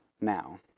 now